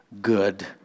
good